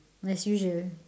as usual